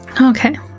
Okay